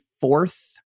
fourth